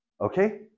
Okay